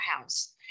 house